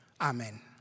amen